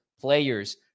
players